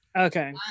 Okay